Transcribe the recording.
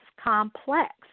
complex